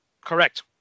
Correct